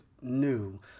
new